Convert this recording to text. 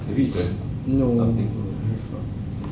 no I have not